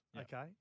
okay